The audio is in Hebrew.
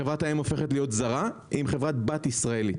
חברת האם הופכת להיות זרה עם חברת בת ישראלית.